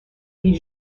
est